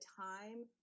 time